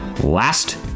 Last